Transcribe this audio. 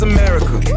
America